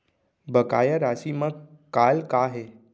बकाया राशि मा कॉल का हे?